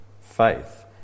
faith